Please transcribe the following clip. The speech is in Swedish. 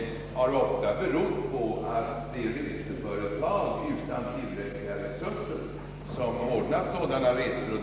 Sådant har ofta berott på att reseföretagen inte haft tillräckliga resurser.